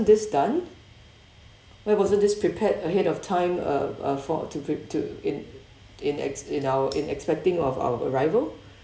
this done why wasn't this prepared ahead of time uh uh for to pre~ to in in ex~ in our in expecting of our arrival